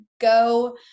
go